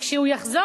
כשהוא יחזור,